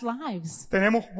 lives